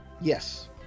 Yes